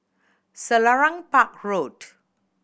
Selarang Park Road